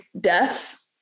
death